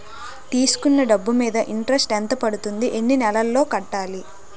తీసుకున్న డబ్బు మీద ఇంట్రెస్ట్ ఎంత పడుతుంది? ఎన్ని నెలలో కట్టాలి?